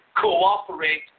cooperate